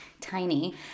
tiny